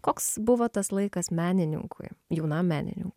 koks buvo tas laikas menininkui jaunam menininkui